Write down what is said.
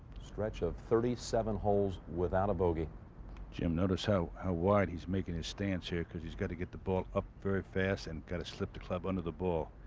stretch of thirty-seven holes without a bogey jim, notice so how wide he's making his stance here because he's got to get the ball up very fast and got to slip the club under the ball.